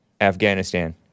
afghanistan